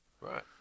right